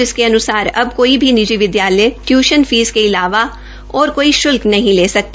जिसके अन्सार अब कोई भी निजी विदयालय टयूशन फीस के अलावा ओर कोई शुल्क नहीं ले सकते